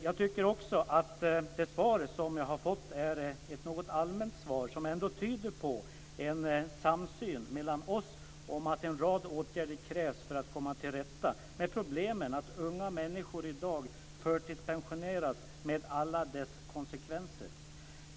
Jag tycker att det svar som jag har fått är ett något allmänt svar, som dock tyder på en samsyn mellan oss om att en rad åtgärder krävs för att komma till rätta med problemet att unga människor i dag förtidspensioneras, med alla konsekvenser detta medför.